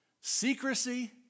secrecy